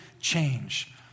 change